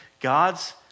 God's